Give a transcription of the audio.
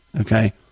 okay